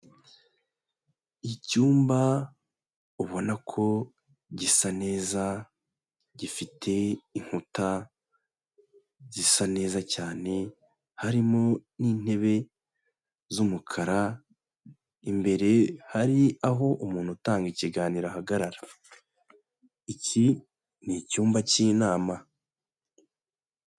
Icyumba ubona ko gisa neza, gifite inkuta, gisa neza cyane, harimo n'intebe z'umukara, imbere hari aho umuntu utanga ikiganiro ahagarara. Iki ni icyumba cy'inama.